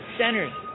centers